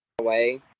away